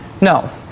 no